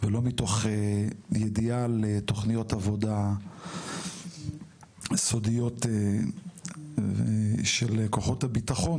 ולא מתוך ידיעה לתוכניות עבודה סודיות של כוחות הביטחון,